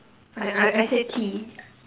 I I I said tea